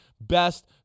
best